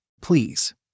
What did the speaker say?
Please